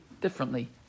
differently